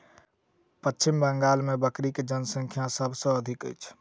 पश्चिम बंगाल मे बकरी के जनसँख्या सभ से अधिक अछि